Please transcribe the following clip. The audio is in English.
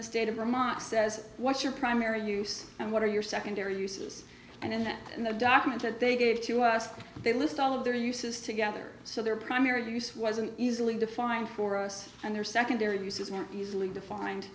the state of vermont says what's your primary use and what are your secondary uses and then in the document that they gave to us they list all of their uses together so their primary use wasn't easily defined for us and their secondary uses were easily defined